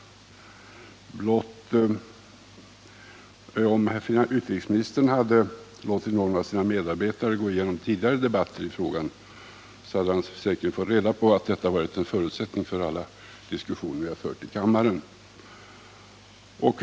Om herr utrikesministern hade låtit någon av sina medarbetare gå igenom tidigare debatter i frågan, hade han också fått reda på att detta varit en förutsättning för alla de diskussioner som vi har fört i kammaren i denna fråga.